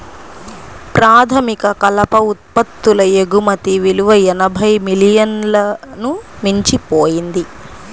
ప్రాథమిక కలప ఉత్పత్తుల ఎగుమతి విలువ ఎనభై మిలియన్లను మించిపోయింది